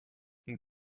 une